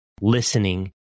listening